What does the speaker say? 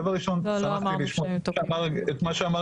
דבר ראשון שמחתי לשמוע את מה שאמר